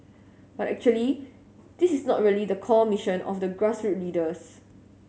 but actually this is not really the core mission of the grassroot leaders